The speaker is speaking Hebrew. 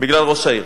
בגלל ראש העיר,